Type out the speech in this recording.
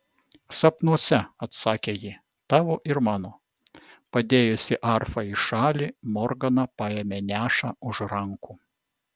sapnuose atsakė ji tavo ir mano padėjusi arfą į šalį morgana paėmė nešą už rankų